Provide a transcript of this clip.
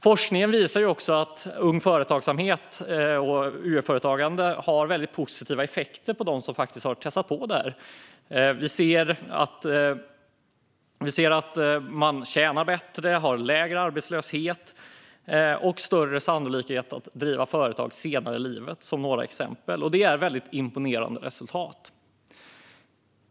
Forskningen visar också att Ung Företagsamhet och UF-företagande har väldigt positiva effekter för dem som har testat det. Vi ser till exempel att de tjänar bättre, är arbetslösa i lägre utsträckning och med större sannolikhet kommer att driva företag senare i livet. Detta är väldigt imponerande resultat.